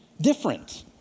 different